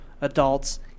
adults